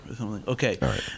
Okay